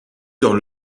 dans